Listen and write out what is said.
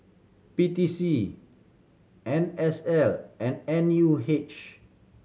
P T C N S L and N U H